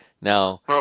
Now